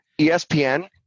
ESPN